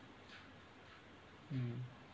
hmm